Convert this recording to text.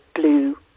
blue